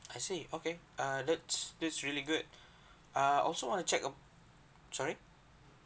I see okay err that's that's really good err I also want to check uh sorry